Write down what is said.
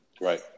right